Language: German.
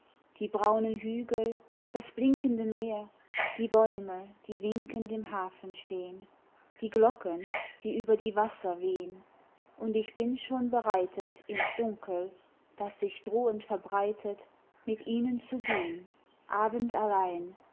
die braunen hügel das blinkende meer die bäume die winkend im hafen stehn die glocken die über die wasser wehn und ich bin schon bereitet ins dunkel das sich drohend verbreitet mit ihnen zu gehn